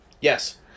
yes